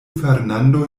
fernando